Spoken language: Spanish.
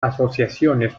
asociaciones